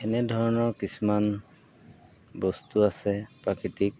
এনেধৰণৰ কিছুমান বস্তু আছে প্ৰাকৃতিক